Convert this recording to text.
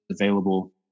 available